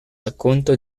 racconto